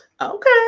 okay